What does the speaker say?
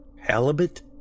Halibut